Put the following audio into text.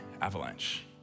avalanche